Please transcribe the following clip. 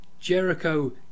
Jericho